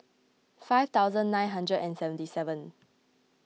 five thousand nine hundred and seventy seven